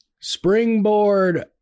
Springboard